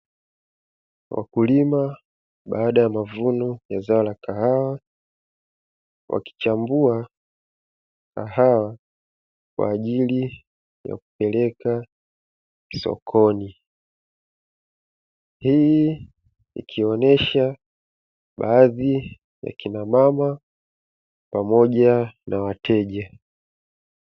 Wakulima baada ya mavuno ya zao la kahawa wakichambua zao la kahawa na kuzipeleka sokoni hii inaonyesha